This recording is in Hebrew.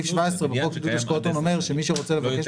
סעיף 17 בחוק עידוד השקעות הון אומר שמי שרוצה לבקש